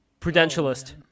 prudentialist